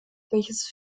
welches